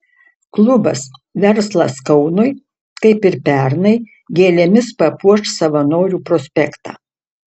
klubas verslas kaunui kaip ir pernai gėlėmis papuoš savanorių prospektą